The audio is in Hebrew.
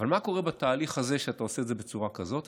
אבל מה קורה בתהליך הזה כשאתה עושה את זה בצורה כזאת?